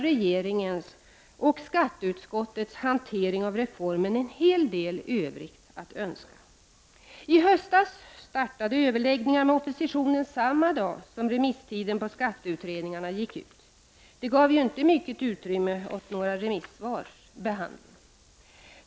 Regeringens och skatteutskottets hantering av reformen lämnar en hel del övrigt att önska. I höstas startade överläggningar med oppositionen samma dag som remisstiden på skatteutredningarna gick ut. Det gav ju inte mycket utrymme åt några remissvar.